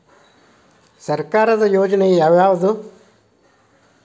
ಸರ್ಕಾರದ ಯೋಜನೆ ಯಾವ್ ಯಾವ್ದ್?